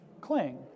cling